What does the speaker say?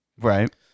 Right